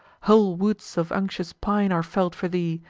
whole woods of unctuous pine are fell'd for thee,